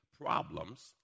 problems